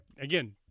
Again